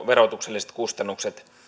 verotukselliset kustannukset